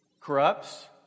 corrupts